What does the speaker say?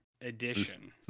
edition